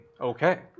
Okay